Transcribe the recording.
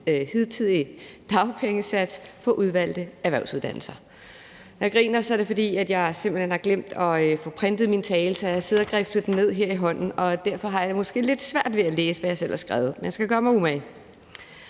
hidtidige dagpengesats på udvalgte erhvervsuddannelser. Når jeg griner, er det, fordi jeg simpelt hen har glemt at få printet min tale, så jeg har siddet og griflet den ned her i hånden, og derfor har jeg måske lidt svært ved at læse, hvad jeg selv har skrevet, men jeg skal gøre mig umage.